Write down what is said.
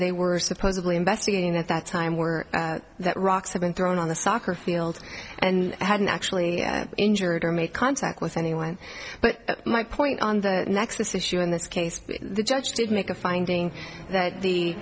they were supposedly investigating at that time were that rocks have been thrown on the soccer field and hadn't actually injured or made contact with anyone but my point on the nexus issue in this case the judge did make a finding that